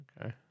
Okay